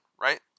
right